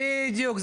בדיוק.